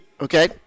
Okay